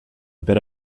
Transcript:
bit